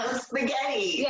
spaghetti